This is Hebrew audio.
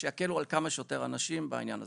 שיקלו על כמה שיותר אנשים בעניין הזה,